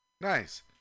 Nice